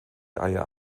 eier